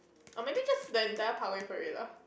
or maybe just the entire Parkway-Parade lah